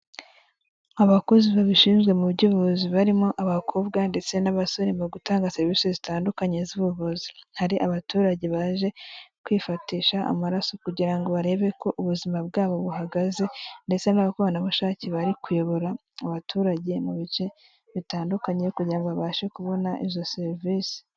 Abakozi babishinzwe mu byubuzi barimo abakobwa ndetse n'abasore mu gutanga serivisi zitandukanye z'ubuvuzi. Hari abaturage baje kwifashisha amaraso kugira ngo barebe ko ubuzima bwabo buhagaze ndetse n'abakoranabushake bari kuyobora abaturage mu bice bitandukanye kugira babashe kubona izo serivisi.